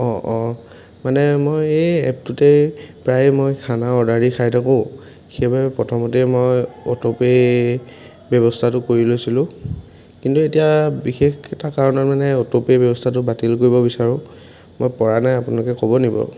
অঁ অঁ মানে মই এই এপটোতে প্ৰায় মই খানা অৰ্ডাৰ দি খাই থাকোঁ সেইবাবেই প্ৰথমতেই মই অ'টোপে' ব্যৱস্থাটো কৰি লৈছিলো কিন্তু এতিয়া বিশেষ এটা কাৰণত মানে অ'টোপে' ব্যৱস্থাটো বাতিল কৰিব বিচাৰোঁ মই পৰা নাই আপোনালোকে ক'ব নিকি বাৰু